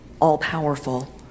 all-powerful